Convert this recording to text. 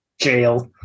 jail